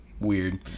weird